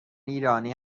ایرانی